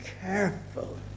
careful